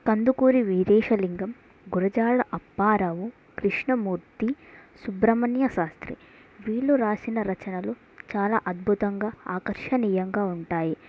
కందుకూరి వీరేశలింగం గురజాడ అప్పారావు కృష్ణమూర్తి సుబ్రహ్మణ్య శాస్త్రి వీళ్ళు రాసిన రచనలు చాలా అద్భుతంగా ఆకర్షణీయంగా ఉంటాయి